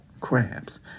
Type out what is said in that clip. crabs